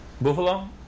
Buffalo